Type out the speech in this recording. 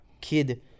kid